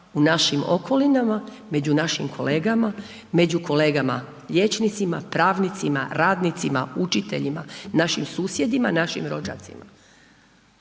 u našim okolinama, među našim kolegama, među kolegama liječnicima, pravnicima, radnicima, učiteljima, našim susjedima, našim rođacima.